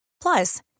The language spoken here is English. Plus